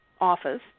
office